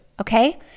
Okay